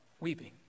weeping